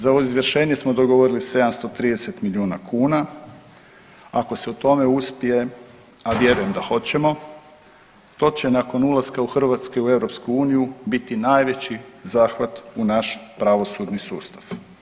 Za izvršenje smo dogovarali 730 milijuna kuna, ako se u tome uspije, a vjerujemo da hoćemo to će nakon ulaska Hrvatske u EU biti najveći zahvat u naš pravosudni sustav.